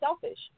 selfish